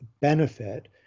benefit